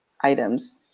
items